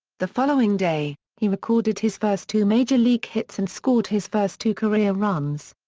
the following day, he recorded his first two major league hits and scored his first two career runs.